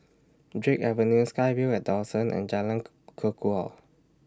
Drake Avenue SkyVille At Dawson and Jalan Kukor